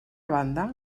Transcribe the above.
banda